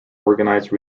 organize